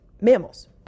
mammals